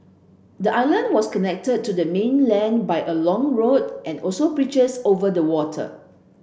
the island was connected to the mainland by a long road and also bridges over the water